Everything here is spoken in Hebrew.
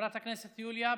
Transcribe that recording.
חברת הכנסת יוליה,